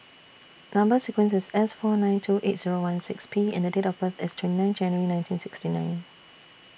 Number sequence IS S four nine two eight Zero one six P and Date of birth IS twenty nine January nineteen sixty nine